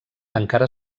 encara